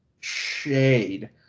shade